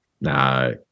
No